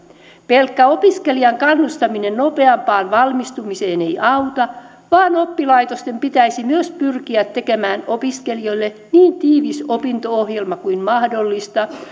pelkkä opiskelijan kannustaminen nopeampaan valmistumiseen ei auta vaan oppilaitosten pitäisi myös pyrkiä tekemään opiskelijoille niin tiivis opinto ohjelma kuin mahdollista